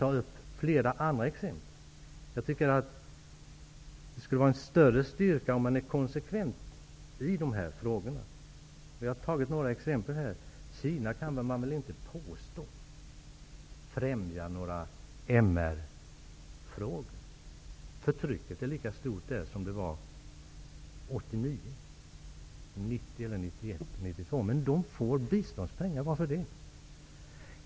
Jag kan anföra flera exempel. Styrkan blir bättre om man är konsekvent i de här frågorna. Man kan väl inte påstå att Kina främjar MR-frågorna. Förtrycket där är nu lika stort som det var 1989, 1990, 1991 och 1992. Ändå får man biståndspengar. Varför?